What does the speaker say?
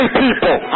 people